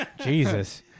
Jesus